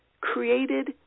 created